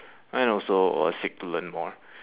and also uh seek to learn more